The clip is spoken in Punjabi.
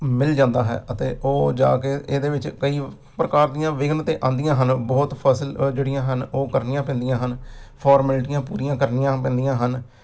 ਮਿਲ ਜਾਂਦਾ ਹੈ ਅਤੇ ਉਹ ਜਾ ਕੇ ਇਹਦੇ ਵਿੱਚ ਕਈ ਪ੍ਰਕਾਰ ਦੀਆਂ ਵਿਘਨ ਤਾਂ ਆਉਂਦੀਆਂ ਹਨ ਬਹੁਤ ਫਸਲ ਅ ਜਿਹੜੀਆਂ ਹਨ ਉਹ ਕਰਨੀਆਂ ਪੈਂਦੀਆਂ ਹਨ ਫੋਰਮੈਲਟੀਆਂ ਪੂਰੀਆਂ ਕਰਨੀਆਂ ਪੈਂਦੀਆਂ ਹਨ